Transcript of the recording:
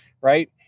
right